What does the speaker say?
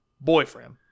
boyfriend